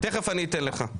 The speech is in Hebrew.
תיכף אני אתן לך,